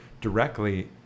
directly